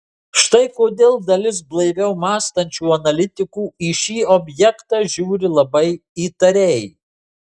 štai kodėl dalis blaiviau mąstančių analitikų į šį objektą žiūri labai įtariai